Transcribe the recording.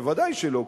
ודאי שלא.